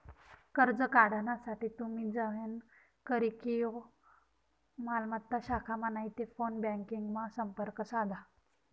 कर्ज काढानासाठे तुमी जवयना किरकोय मालमत्ता शाखामा नैते फोन ब्यांकिंगमा संपर्क साधा